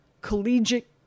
collegiate